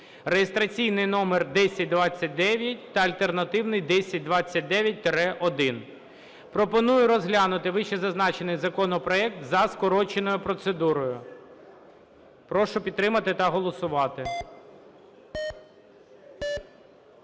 (реєстраційний номер 1029) та альтернативний (1029-1). Пропоную розглянути вище зазначений законопроект за скороченою процедурою. Прошу підтримати та голосувати.